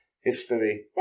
history